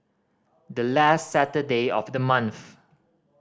the last Saturday of the month